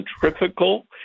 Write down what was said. centrifugal